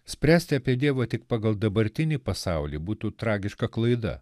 spręsti apie dievą tik pagal dabartinį pasaulį būtų tragiška klaida